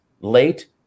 late